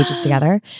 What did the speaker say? together